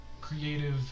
creative